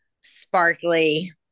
sparkly